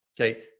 Okay